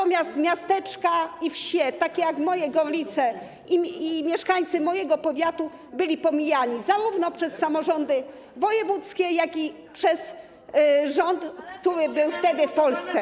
natomiast miasteczka i wsie, takie jak moje Gorlice, i mieszkańcy mojego powiatu byli pomijani zarówno przez samorządy wojewódzkie, jak i przez rząd, który był wtedy w Polsce.